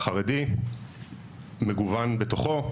החרדי לגווניו,